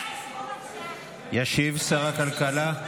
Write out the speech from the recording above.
ישיב שר הכלכלה,